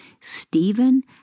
Stephen